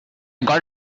got